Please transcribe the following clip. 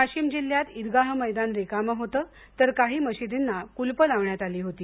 वाशीम जिल्ह्यात इदगाह मैदान रिकामं होतं तर काही मशिदींना कुलूप लावण्यात आलं होतं